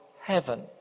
heaven